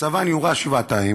מצבן יורע שבעתיים,